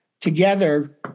together